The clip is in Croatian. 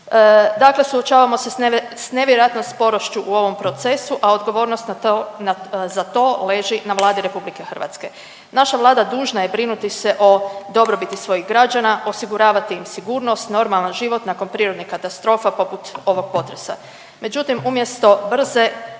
Dakle, suočavamo se sa nevjerojatnom sporošću u ovom procesu, a odgovornost za to leži na Vladi Republike Hrvatske. Naša Vlada je dužna brinuti se o dobrobiti svojih građana, osiguravati im sigurnost, normalan život nakon prirodnih katastrofa poput ovog potresa.